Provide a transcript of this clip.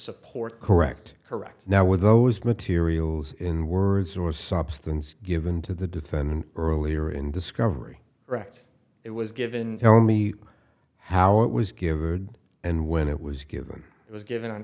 support correct correct now with those materials in words or substance given to the defendant earlier in discovery rights it was given tell me how it was give a good and when it was given it was given on